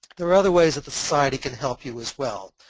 there are other ways the society can help you as well.